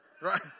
Right